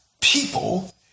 people